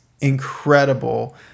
incredible